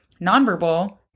nonverbal